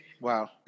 Wow